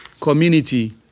community